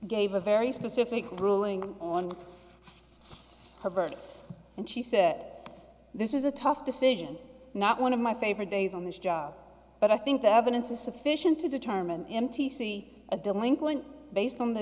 gave a very specific ruling on her verdict and she said this is a tough decision not one of my favorite days on this job but i think the evidence is sufficient to determine m t c a delinquent based on the